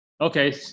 Okay